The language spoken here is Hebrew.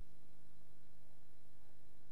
בעד, 20,